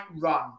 Run